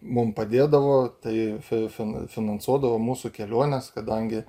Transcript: mum padėdavo tai fi fin finansuodavo mūsų keliones kadangi